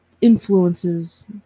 influences